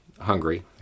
Hungary